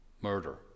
murder